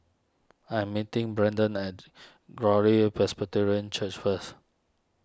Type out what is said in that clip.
I am meeting Brendon at Glory Presbyterian Church first